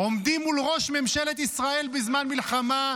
עומדים מול ראש ממשלת ישראל בזמן מלחמה,